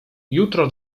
jutro